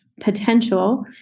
potential